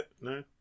no